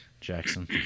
Jackson